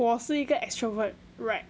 我是一个 extrovert right